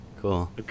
Cool